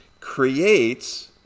creates